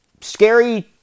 Scary